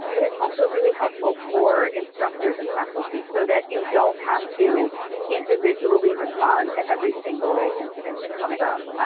but it's also really helpful for instructors and faculty, so that you don't have to individually individually respond to every single incident that comes up,